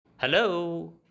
Hello